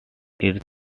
earth